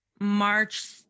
March